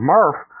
Murph